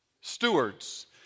Stewards